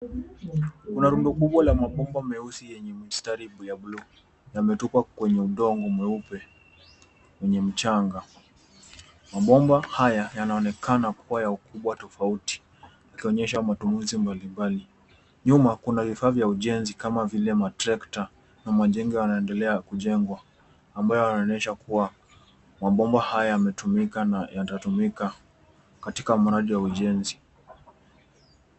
Kuna rundo kubwa la mabomba meusi yenye mng’ao wa buluu yaliyotupwa juu ya udongo mweupe wenye mchanga. Mabomba haya yanaonekana kuwa makubwa na ya ukubwa tofauti, yakionyesha matumizi mbalimbali. Nyuma yake, kuna vifaa vya ujenzi kama vile matrekta, na majengo yanayoendelea kujengwa, yanayoonyesha ukubwa wake. Mabomba haya yametumika na bado yatatumika katika mradi wa ujenzi.